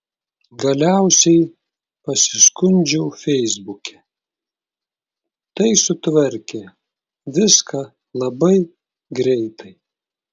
galiausiai pasiskundžiau feisbuke tai sutvarkė viską labai greitai